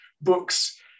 books